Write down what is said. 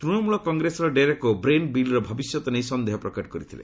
ତୃଣମୂଳ କଂଗ୍ରେସର ଡେରେକ୍ ଓବ୍ରାଏନ୍ ବିଲ୍ର ଭବିଷ୍ୟତ ନେଇ ସନ୍ଦେହ ପ୍ରକଟ କରିଥିଲେ